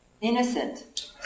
Innocent